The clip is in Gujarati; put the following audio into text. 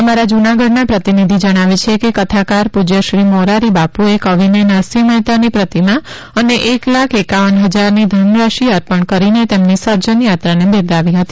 અમારા જૂનાગઢના પ્રતિનિધિ જણાવે છે કે કથાકાર પૂર્જ્ય શ્રી મોરારીબાપુએ કવિને નરસિંહ મહેતાની પ્રતિમા અને એક લાખ એકાવન હજારની ધનરાશિ અર્પણ કરીને તેમની સર્જનયાત્રાને બિરદાવી હતી